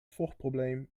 vochtprobleem